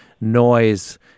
noise